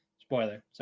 Spoiler